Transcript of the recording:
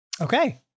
Okay